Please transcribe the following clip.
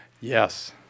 Yes